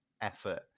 Effort